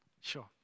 Sure